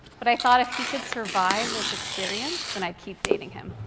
but i thought, if he could survive this experience, then i'd keep dating him.